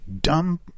dumb